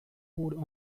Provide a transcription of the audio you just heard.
poured